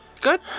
Good